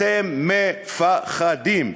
אתם מ-פ-ח-דים,